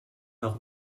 noch